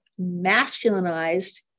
masculinized